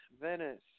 Venice